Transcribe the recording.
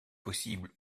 possible